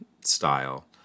style